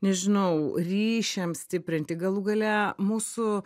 nežinau ryšiams stiprinti galų gale mūsų